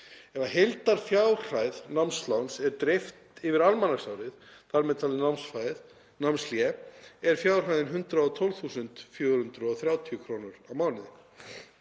Ef heildarfjárhæð námsláns er dreift yfir almanaksárið, þar með talin námshlé, er fjárhæðin 112.430 kr. á mánuði.